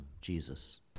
Jesus